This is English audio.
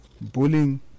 bullying